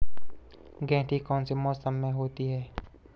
गेंठी कौन से मौसम में होती है?